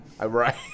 Right